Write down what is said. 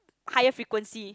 higher frequency